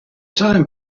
time